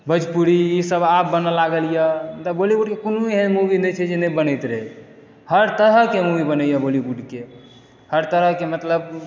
भोजपुरी ई सब आब बनऽ लागल अइ इएह मतलब बॉलीवुडके कोनो एहन मूवी नहि छै जे नहि बनैत रहै हर तरहके मूवी बनैए बॉलीवुडके हर तरहके मतलब